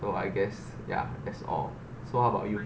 so I guess ya that's all so how about you